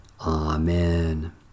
Amen